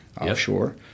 offshore